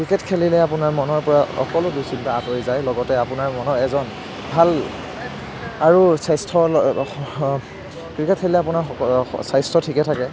cricket খেলিলে আপোনাৰ মনৰ পৰা সকলো দুঃচিন্তা আঁতৰি যায় লগতে আপোনাৰ মনৰ এজন ভাল আৰু ক্ৰিকেট খেলিলে আপোনাৰ স্বাস্থ্য ঠিকে থাকে